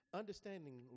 understanding